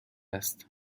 است